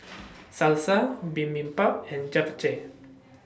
Salsa Bibimbap and Japchae